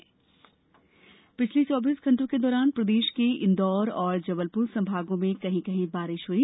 मौसम पिछले चौबीस घंटों के दौरान प्रदेश के इंदौर और जबलपुर संभागों में कहीं कहीं बारिश हुई